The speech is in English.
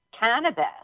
cannabis